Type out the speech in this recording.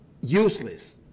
useless